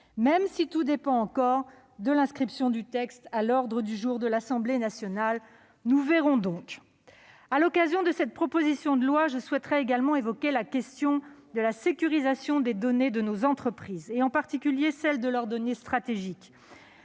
même si tout dépend encore de l'inscription du texte à l'ordre du jour de l'Assemblée nationale. Nous verrons donc ... Cette proposition de loi me donne l'occasion d'évoquer la question de la sécurisation des données de nos entreprises, en particulier de leurs données stratégiques.